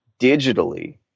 digitally